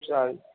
चाल